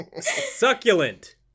Succulent